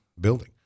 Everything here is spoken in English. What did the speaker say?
building